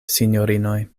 sinjorinoj